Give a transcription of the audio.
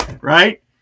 right